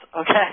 okay